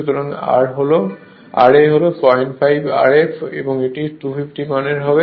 সুতরাং ra হল 05 Rf এটি 250 মানের হবে